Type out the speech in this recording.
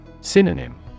Synonym